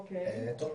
הדיגיטל.